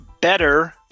better